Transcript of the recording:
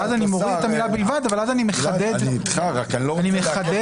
גלעד, אני איתך, רק אני לא רוצה לעכב.